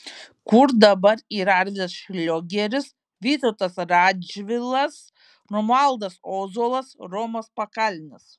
kur dabar yra arvydas šliogeris vytautas radžvilas romualdas ozolas romas pakalnis